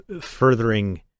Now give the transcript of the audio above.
furthering